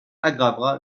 aggravera